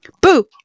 BOO